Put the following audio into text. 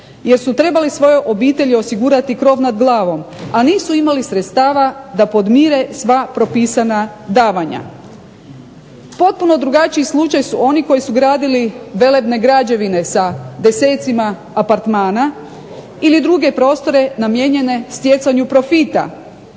jer su trebali svojoj obitelji osigurati krov nad glavom, a nisu imali sredstava da podmire sva propisana davanja. Potpuno drugačiji slučaj su oni koji su gradili velebne građevine sa desecima apartmana ili druge prostore namijenjene stjecanju profita